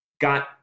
Got